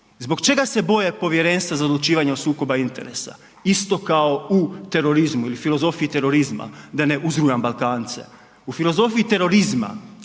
Zbog čega se boje Povjerenstva za odlučivanje o sukobu interesa isto kao u terorizmu ili filozofiji terorizma, da ne uzrujam Balkance. U filozofiji terorizma